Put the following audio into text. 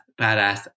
Badass